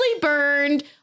burned